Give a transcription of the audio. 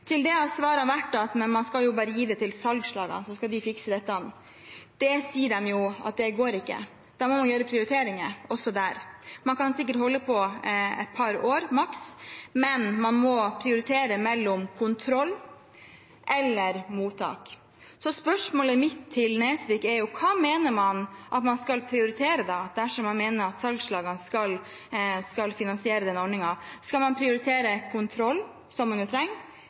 Til det har svaret vært at man skal jo bare gi det til salgslagene, så skal de fikse dette. Det sier de ikke går. Da må man gjøre prioriteringer også der – man kan sikkert holde på et par år, maks, men man må prioritere mellom kontroll og mottak. Så spørsmålet mitt til Nesvik er: Hva skal man prioritere dersom man mener at salgslagene skal finansiere denne ordningen? Skal man prioritere kontroll, som man jo trenger,